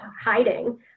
hiding